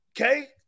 Okay